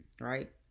right